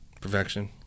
Perfection